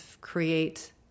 create